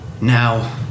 Now